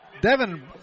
Devin